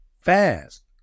fast